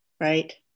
right